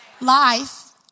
Life